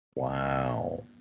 Wow